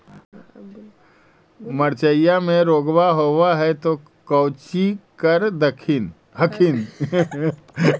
मिर्चया मे रोग्बा होब है तो कौची कर हखिन?